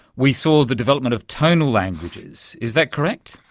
we saw the development of tonal languages. is that correct?